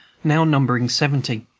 now numbering seventy.